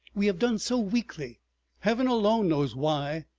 we have done so weakly heaven alone knows why!